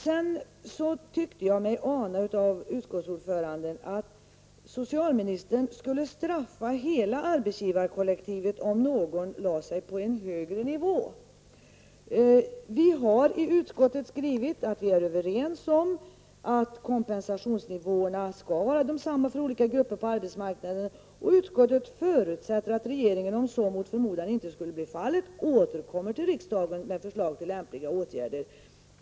Jag tyckte mig ana av utskottets ordförande att socialministern skulle straffa hela arbetsgivarkollektivet om någon lade sig på en högre nivå. Vi har i utskottet skrivit att vi är överens om att kompensationsnivån skall vara densamma för olika grupper på arbetsmarknaden. Utskottet förutsätter att regeringen om så, mot förmodan, inte skulle bli fallet återkommer till riksdagen med förslag till lämpliga åtgärder.